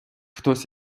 хтось